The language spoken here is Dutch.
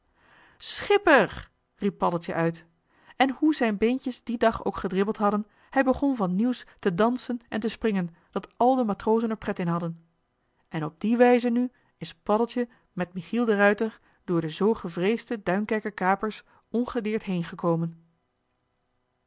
schipper riep paddeltje uit en hoe zijn beentjes dien dag ook gedribbeld hadden hij begon van nieuws te dansen en te springen dat al de matrozen er pret in hadden en op die wijze nu is paddeltje met michiel de ruijter door de zoo gevreesde duinkerker kapers ongedeerd heen gekomen